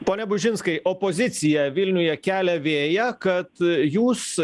pone bužinskai opozicija vilniuje kelia vėją kad jūs